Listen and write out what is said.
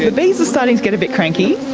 bees are starting to get a bit cranky,